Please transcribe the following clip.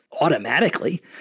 automatically